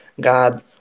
God